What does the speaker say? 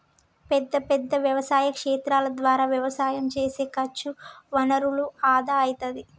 పెద్ద పెద్ద వ్యవసాయ క్షేత్రాల ద్వారా వ్యవసాయం చేస్తే ఖర్చు వనరుల ఆదా అయితది